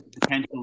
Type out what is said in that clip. potential